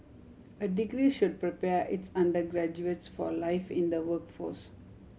a degree should prepare its undergraduates for life in the workforce